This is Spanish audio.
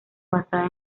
basada